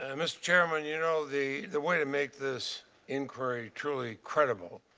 and mr chairman, you know the the way to make this inquiry truly credible